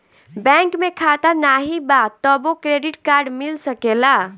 Bank में खाता नाही बा तबो क्रेडिट कार्ड मिल सकेला?